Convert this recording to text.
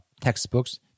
textbooks